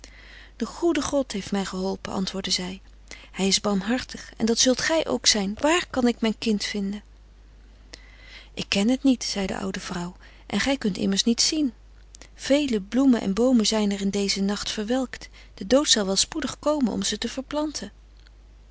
de goede god heeft mij geholpen antwoordde zij hij is barmhartig en dat zult gij ook zijn waar kan ik mijn kind vinden ik ken het niet zei de oude vrouw en gij kunt immers niet zien vele bloemen en boomen zijn er in dezen nacht verwelkt de dood zal wel spoedig komen om ze te verplanten